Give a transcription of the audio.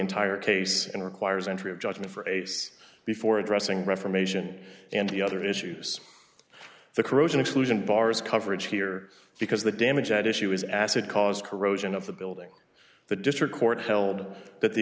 entire case and requires entry of judgment for race before addressing reformation and other issues the corrosion exclusion bars coverage here because the damage at issue is acid caused corrosion of the building the district court held that the